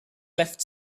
left